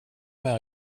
med